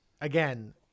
again